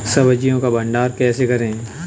सब्जियों का भंडारण कैसे करें?